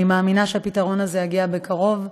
אני מאמינה שהפתרון הזה יגיע בקרוב.